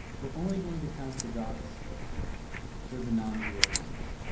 we're only going to count the dots for the non-zero lines.